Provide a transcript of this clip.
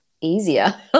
easier